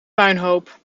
puinhoop